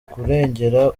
kurengera